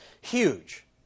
Huge